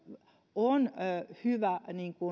on hyvä